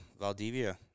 valdivia